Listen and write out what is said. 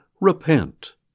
repent